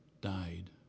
died